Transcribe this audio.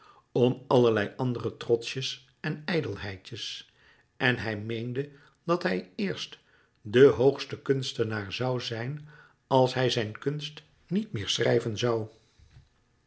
om allerlei andere trotsjes en ijdelheidjes en hij meende dat hij eerst de hogste kunstenaar zoû zijn als hij zijn kunst niet meer schrijven zoû